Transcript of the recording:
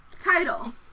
title